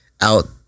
out